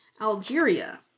Algeria